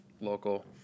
local